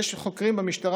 יש חוקרים במשטרה,